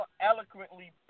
eloquently